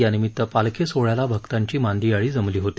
यानिमित पालखी सोहळ्याला भक्तांची मांदियाळी जमली होती